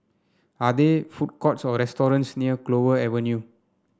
are there food courts or restaurants near Clover Avenue